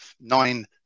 nine